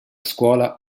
scuola